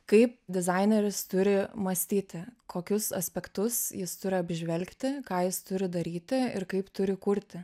kaip dizaineris turi mąstyti kokius aspektus jis turi apžvelgti ką jis turi daryti ir kaip turi kurti